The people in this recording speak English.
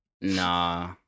Nah